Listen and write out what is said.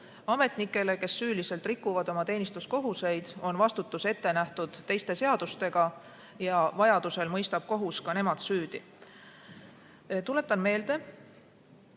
Ametnikele, kes süüliselt rikuvad oma teenistuskohustusi, on vastutus ette nähtud teiste seadustega ja vajadusel mõistab kohus nad ka süüdi. Tuletan meelde,